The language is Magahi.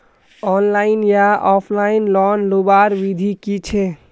ऑनलाइन या ऑफलाइन लोन लुबार विधि की छे?